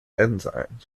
enzymes